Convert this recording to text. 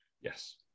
Yes